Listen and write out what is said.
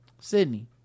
Sydney